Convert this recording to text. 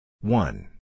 one